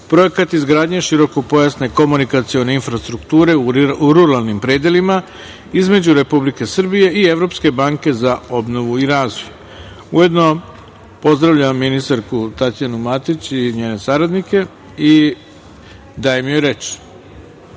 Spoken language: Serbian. (Projekat izgradnje širokopojasne komunikacione infrastrukture u ruralnim predelima) između Republike Srbije i Evropske banke za obnovu i razvoj. Ujedno, pozdravljam ministarku Tatjanu Matić i njene saradnike i dajem joj reč.